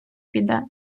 піде